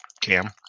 cam